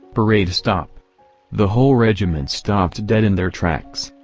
parade stop the whole regiment stopped dead in their tracks.